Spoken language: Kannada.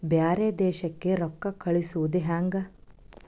ಬ್ಯಾರೆ ದೇಶಕ್ಕೆ ರೊಕ್ಕ ಕಳಿಸುವುದು ಹ್ಯಾಂಗ?